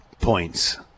points